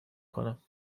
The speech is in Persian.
کنم